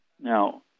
Now